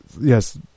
Yes